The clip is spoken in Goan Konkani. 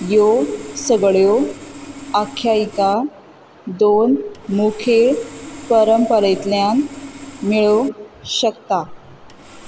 ह्यो सगळ्यो आख्यायिका दोन मुखे परंपरेंतल्यान मेळो शकता